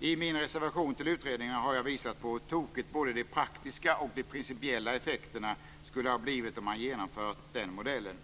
I min reservation till utredningen har jag visat på hur tokiga både de praktiska och de principiella effekterna skulle ha blivit om man genomfört den modellen.